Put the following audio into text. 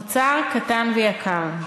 אוצר קטן ויקר.